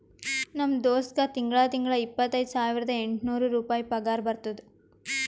ನಮ್ ದೋಸ್ತ್ಗಾ ತಿಂಗಳಾ ತಿಂಗಳಾ ಇಪ್ಪತೈದ ಸಾವಿರದ ಎಂಟ ನೂರ್ ರುಪಾಯಿ ಪಗಾರ ಬರ್ತುದ್